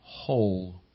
whole